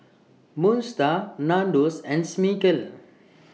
Moon STAR Nandos and Smiggle